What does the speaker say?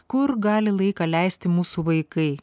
kur gali laiką leisti mūsų vaikai